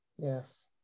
yes